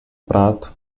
prato